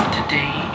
Today